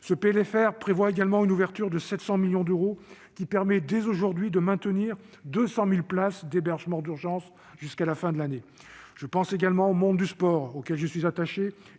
Ce PLFR prévoit par ailleurs l'ouverture de 700 millions d'euros de crédits qui permettront de maintenir 200 000 places d'hébergement d'urgence jusqu'à la fin de l'année. Je pense également au monde du sport- auquel je suis attaché